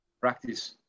practice